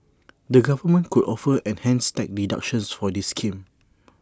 the government could offer enhanced tax deductions for this scheme